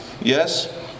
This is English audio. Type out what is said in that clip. yes